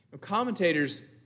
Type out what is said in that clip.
Commentators